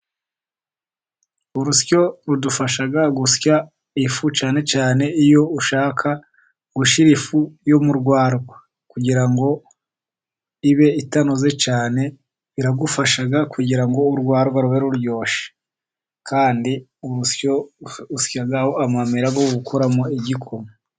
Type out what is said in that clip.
Urusyo rudufasha gusya ifu cyane cyane iyo ushaka gushira ifu y'urwarwa kugirango ngo ibe itanoze biragufasha kugira ngo urwarwa rube ruryoshe. Kandi urusyo usyaho amamera yo gukoramo igikoma.